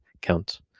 counts